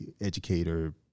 educator